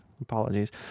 Apologies